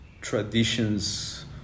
traditions